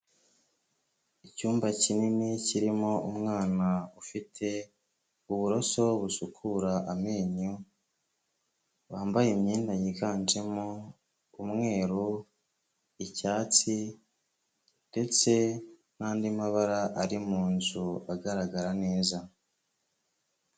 Icyumba kinini kirimo umwana ufite uburoso busukura amenyo wambaye imyenda yiganjemo umweru, icyatsi ndetse n'andi mabara ari mu nzu agaragara neza.